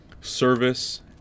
service